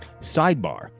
Sidebar